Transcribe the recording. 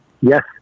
Yes